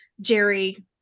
Jerry